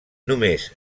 només